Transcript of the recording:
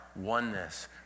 oneness